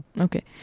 okay